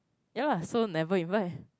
ya lah so never invite